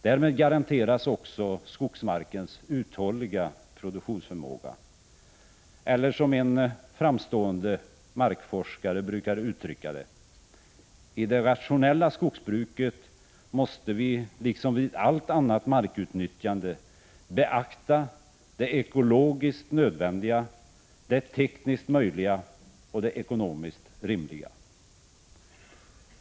Därmed garanteras också skogsmarkens uthålliga produktionsförmåga, eller som en framstående markforskare brukar uttrycka det: I det rationella skogsbruket måste vi liksom vid allt annat markutnyttjande beakta det ekologiskt nödvändiga, det tekniskt möjliga och det ekonomiskt rimliga.